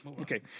Okay